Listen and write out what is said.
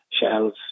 Shells